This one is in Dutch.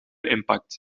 impact